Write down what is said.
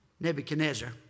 Nebuchadnezzar